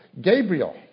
Gabriel